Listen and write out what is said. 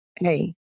hey